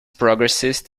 progressist